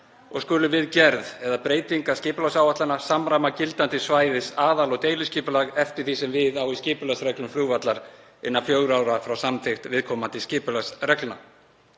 og skulu við gerð eða breytingu skipulagsáætlana samræma gildandi svæðis-, aðal- og deiliskipulag eftir því sem við á að skipulagsreglum flugvallar innan fjögurra ára frá samþykkt viðkomandi skipulagsreglna.“